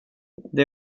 det